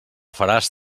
faràs